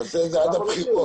תעשה את זה עד הבחירות.